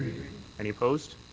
any opposed?